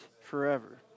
forever